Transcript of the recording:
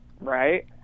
Right